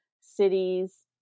cities